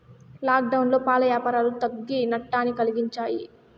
లాక్డౌన్లో పాల యాపారాలు తగ్గి నట్టాన్ని కలిగించాయి